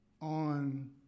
on